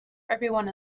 everyone